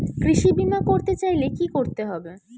কৃষি বিমা করতে চাইলে কি করতে হবে?